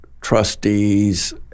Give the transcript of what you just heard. trustees